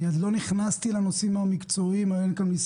אני עוד לא נכנסתי לנושאים המקצועיים מבחינת מה נכון מבחינה בריאותית.